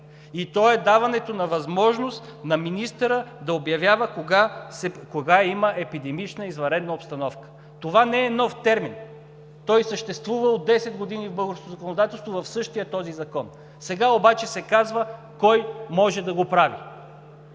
и то е даването на възможност на министъра да обявява кога има епидемична, извънредна обстановка. Това не е нов термин. Той съществува от 10 години в българското законодателство в същия този закон. Сега обаче се казва кой може да го прави.